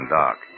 dark